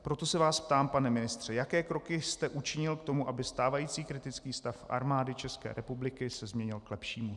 Proto se vás ptám, pane ministře, jaké kroky jste učinil k tomu, aby stávající kriticky stav Armády České republiky se změnil k lepšímu.